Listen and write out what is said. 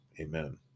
Amen